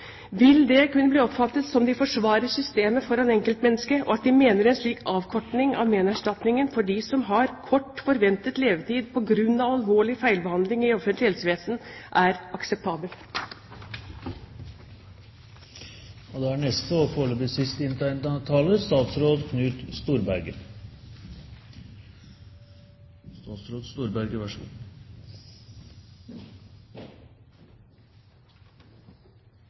vil det kunne bli oppfattet som at de forsvarer systemet foran enkeltmennesket, og at de mener en slik avkorting av menerstatningen for dem som har forventet kort levetid på grunn av alvorlig feilbehandling i det offentlige helsevesen, er akseptabel. Jeg registrerer at det er